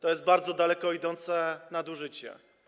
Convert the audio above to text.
To jest bardzo daleko idące nadużycie.